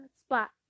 spot